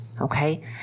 Okay